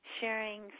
sharing